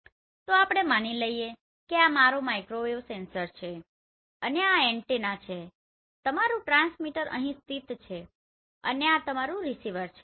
તો ચાલો આપણે માની લઈએ કે આ મારો માઇક્રોવેવ સેન્સર છે અને આ એન્ટેના છે અને તમારું ટ્રાન્સમીટર અહીં સ્થિત છે અને આ તમારું રીસીવર છે